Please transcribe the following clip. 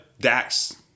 Dax